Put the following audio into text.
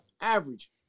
Average